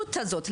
הפטרונות הזאת,